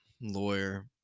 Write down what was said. lawyer